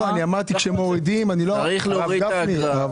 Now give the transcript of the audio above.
אני מדבר על מצב שבו מורידים את האגרה.